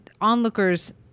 onlookers